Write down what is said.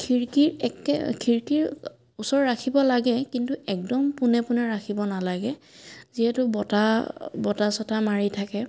খিৰিকী একে খিৰিকীৰ ওচৰত ৰাখিব লাগে কিন্তু একদম পোনে পোনে ৰাখিব নালাগে যিহেতু বতাহ বতাহ চতাহ মাৰি থাকে